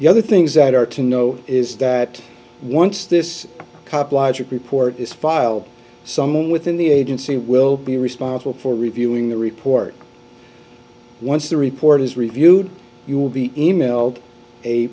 the other things that are to know is that once this cop logic report is filed someone within the agency will be responsible for reviewing the report once the report is reviewed you will be emailed a